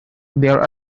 there